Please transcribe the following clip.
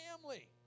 family